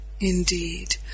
indeed